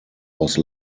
was